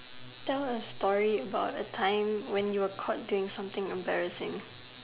tell a story about a time when you were caught doing something embarrassing